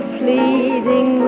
pleading